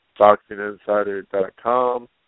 BoxingInsider.com